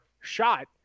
shot